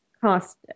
cost